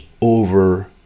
over